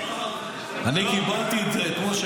אני קיבלתי את זה אתמול,